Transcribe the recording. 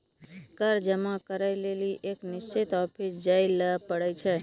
कर जमा करै लेली एक निश्चित ऑफिस जाय ल पड़ै छै